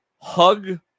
Hug